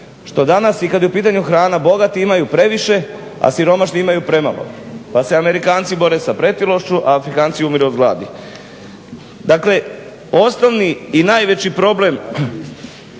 što danas i kad je u pitanju hrana, bogati imaju previše, a siromašni imaju premalo, pa se Amerikanci bore za pretilošću a Afrikanci umiru od gladi. Dakle osnovni i najveći problem